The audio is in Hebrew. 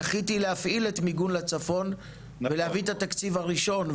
זכיתי להפעיל את מיגון לצפון ולהביא את התקציב הראשון.